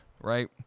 right